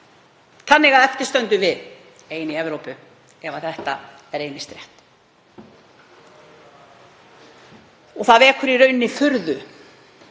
Þannig að eftir stöndum við ein í Evrópu ef þetta reynist rétt. Það vekur í rauninni furðu